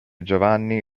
giovanni